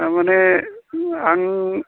थारमाने आं